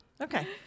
Okay